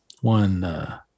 one